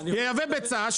אייבא ביצה,